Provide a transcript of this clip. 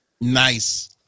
nice